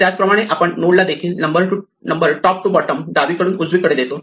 याचप्रमाणे आपण नोडला देखील नंबर टॉप टू बॉटम डावीकडून उजवीकडे देतो